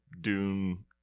Dune